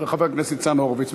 לחבר הכנסת ניצן הורוביץ.